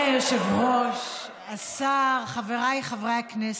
אדוני היושב-ראש, השר, חבריי חברי הכנסת,